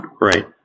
right